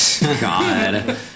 God